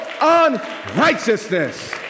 unrighteousness